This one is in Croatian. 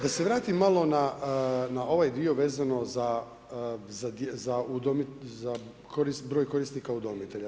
Da se vratim malo na ovaj dio vezano za broj korisnika udomitelja.